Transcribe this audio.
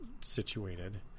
situated